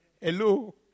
Hello